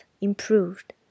improved